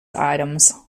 items